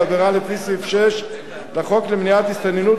עבירה לפי סעיף 6 לחוק למניעת הסתננות,